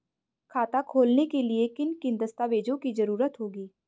खाता खोलने के लिए किन किन दस्तावेजों की जरूरत होगी?